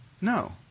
No